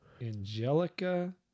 angelica